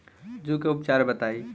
जूं के उपचार बताई?